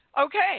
Okay